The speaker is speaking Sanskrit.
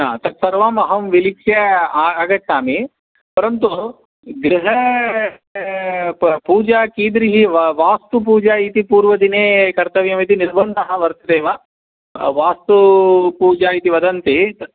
तत्सर्वम् अहं विलिख्या आगच्छामि परन्तु गृहा प पूजा कीदृशी वा वास्तुपूजा इति पूर्वदिने कर्तव्यमिति निर्बन्धः वर्तते वास्तुपूजा इति वदन्ति तत्